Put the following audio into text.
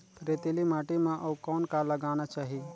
रेतीली माटी म अउ कौन का लगाना चाही?